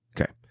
Okay